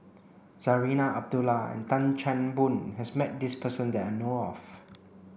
Zarinah Abdullah and Tan Chan Boon has met this person that I know of